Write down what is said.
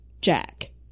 Jack